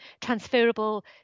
transferable